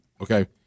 Okay